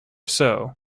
sow